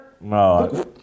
No